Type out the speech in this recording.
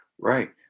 Right